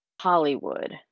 hollywood